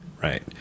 Right